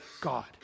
God